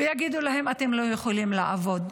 -- ויגידו להם: אתם לא יכולים לעבוד.